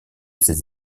ces